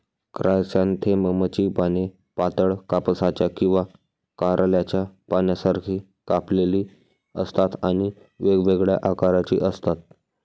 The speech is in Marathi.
क्रायसॅन्थेममची पाने पातळ, कापसाच्या किंवा कारल्याच्या पानांसारखी कापलेली असतात आणि वेगवेगळ्या आकाराची असतात